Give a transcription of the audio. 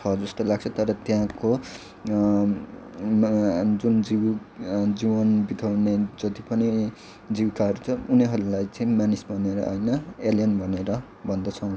छ जस्तो लाग्छ तर त्यहाँको जुन जीव जीवन बिताउने जति पनि हरू छ उनीहरूलाई चाहिँ मानिस भनेर होइन एलियन भनेर भन्दछौँ